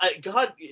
God